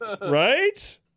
right